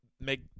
make